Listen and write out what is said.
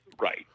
right